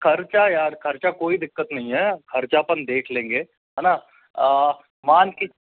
खर्चा यार खर्चा कोई दिक्कत नहीं है खर्चा अपन देख लेंगे है ना मान के